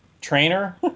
trainer